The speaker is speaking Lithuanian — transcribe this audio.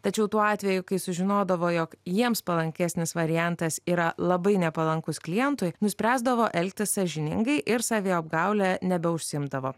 tačiau tuo atveju kai sužinodavo jog jiems palankesnis variantas yra labai nepalankus klientui nuspręsdavo elgtis sąžiningai ir saviapgaule nebeužsiimdavo